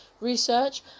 research